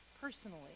personally